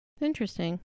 Interesting